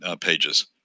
pages